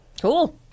Cool